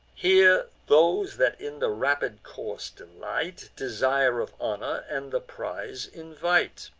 here those that in the rapid course delight, desire of honor and the prize invite.